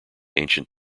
ancient